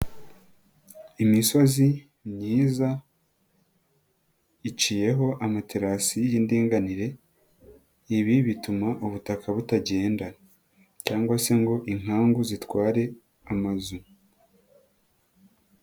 Imisozi myiza, iciyeho amaterasi y'indinganire, ibi bituma ubutaka butagenda cyangwa se ngo inkangu zitware, amazu.